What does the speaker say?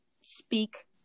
speak